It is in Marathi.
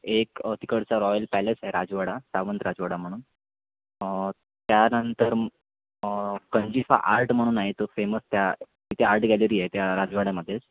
एक तिकडचा रॉयल पॅलेस आहे राजवाडा सावंत राजवाडा म्हणून त्यानंतर गंजिफा आर्ट म्हणून आहे तो फेमस त्या तिथे आर्ट गॅलरी आहे त्या राजवाड्यामध्येच